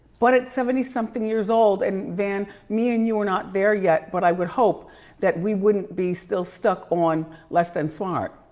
but at seventy something years old and van me and you are not there yet, but i would hope that we wouldn't be still stuck on less than smart.